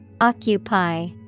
Occupy